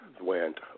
went